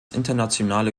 internationale